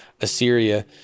Assyria